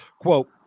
Quote